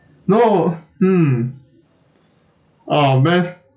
no mm oh math